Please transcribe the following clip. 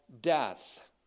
death